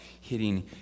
hitting